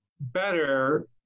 better